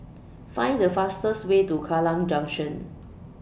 Find The fastest Way to Kallang Junction